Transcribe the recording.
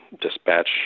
dispatch